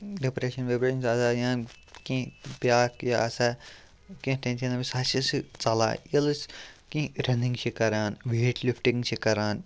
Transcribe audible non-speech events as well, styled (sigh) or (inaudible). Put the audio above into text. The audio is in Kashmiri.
ڈِپرٮ۪شَن وِپرٮ۪شَن (unintelligible) کیٚنٛہہ بیٛاکھ یہِ آسان کیٚنٛہہ ٹٮ۪نشَن (unintelligible) سُہ ہَسا چھِ ژَلان ییٚلہِ أسۍ کیٚنٛہہ رَنِنٛگ چھِ کران ویٹ لِفٹِنٛگ چھِ کران